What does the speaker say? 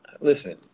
listen